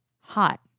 Hot